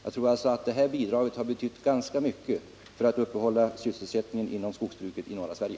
Det här bidraget har alltså betytt ganska mycket för att upprätthålla sysselsättningen inom skogsbruket i norra Sverige.